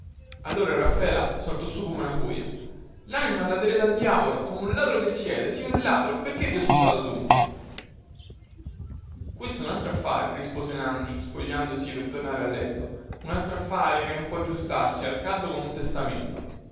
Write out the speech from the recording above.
allora raffaela saltò su come una furia lanima la darete al diavolo come un ladro che siete sì un ladro perchè vi ho sposato dunque questo è un altro affare rispose nanni spogliandosi per tornare a letto un altro affare che non può aggiustarsi al caso come un testamento